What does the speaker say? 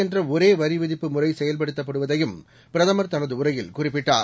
என்ற ஒரேவரி விதிப்புமுறை செயல்படுத்தப்படுவ தையும்பிரதமர்தனதுஉரையில்குறிப்பிட்டார்